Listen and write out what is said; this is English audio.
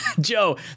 Joe